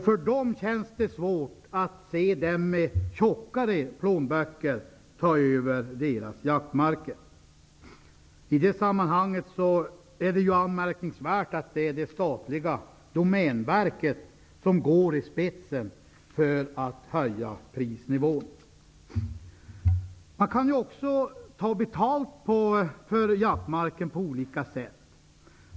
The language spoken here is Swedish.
För dem känns det svårt att se människor med tjockare plånböcker ta över jaktmarkerna. I det sammanhanget är det anmärkningsvärt att det är det statliga Domänverket som går i spetsen för att höja prisnivån. Man kan ju också ta betalt för jaktmarken på olika sätt.